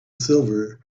silver